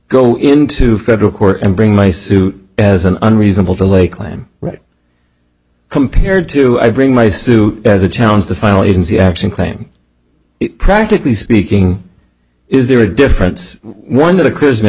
go into federal court and bring my suit as an unreasonable to lay claim right compared to i bring my suit as a challenge the final agency action claim practically speaking is there a difference one of the christmas i